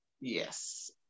yes